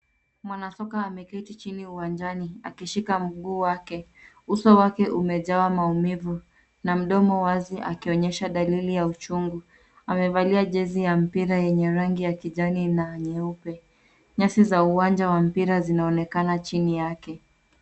Mwanasoka ameketi chini uwanjani akishika mguu wake. Uso wake umejawa maumivu na mdomo wazi akionyesha dalili ya uchungu. Amevalia jezi ya mpira yenye rangi ya kijani na nyeupe. Nyasi za uwanja wa mpira zinaonekana chini yake.